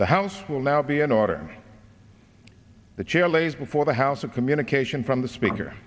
the house will now be in order the chair lays before the house a communication from the speaker